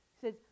says